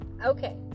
Okay